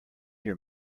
your